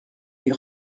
les